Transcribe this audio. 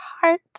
heart